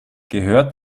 gehört